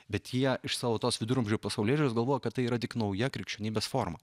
bet jie iš savo tos viduramžių pasaulėžiūros galvoja kad tai yra tik nauja krikščionybės forma